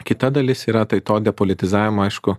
kita dalis yra tai to depolitizavimo aišku